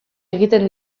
egiten